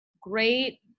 Great